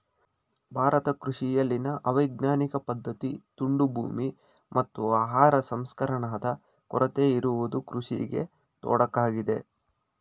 ಭಾರತ ಕೃಷಿಯಲ್ಲಿನ ಅವೈಜ್ಞಾನಿಕ ಪದ್ಧತಿ, ತುಂಡು ಭೂಮಿ, ಮತ್ತು ಆಹಾರ ಸಂಸ್ಕರಣಾದ ಕೊರತೆ ಇರುವುದು ಕೃಷಿಗೆ ತೊಡಕಾಗಿದೆ